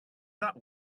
that